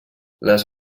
les